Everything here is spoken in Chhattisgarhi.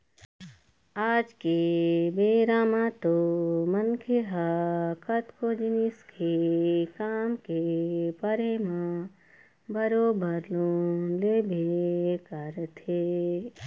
आज के बेरा म तो मनखे ह कतको जिनिस के काम के परे म बरोबर लोन लेबे करथे